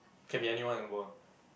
can be anyone in the world